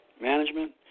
Management